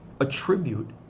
attribute